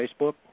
Facebook